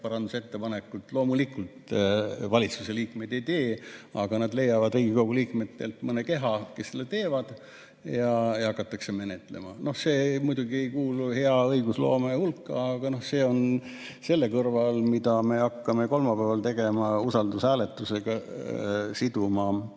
parandusettepanekute jaoks. Loomulikult, valitsuse liikmed neid ei tee, aga nad leiavad Riigikogu liikmetest mõne keha, kes seda teeb, ja hakatakse menetlema. See muidugi ei kuulu hea õigusloome hulka, aga mis see on selle kõrval, mida me hakkame kolmapäeval tegema, usaldushääletusega siduma